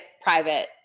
private